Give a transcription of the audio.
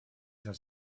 has